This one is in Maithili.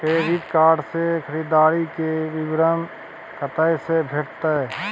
क्रेडिट कार्ड से खरीददारी के विवरण कत्ते से भेटतै?